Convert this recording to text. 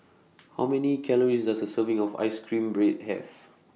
How Many Calories Does A Serving of Ice Cream Bread Have